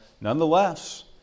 nonetheless